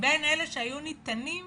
מבין אלה שהיו ניתנים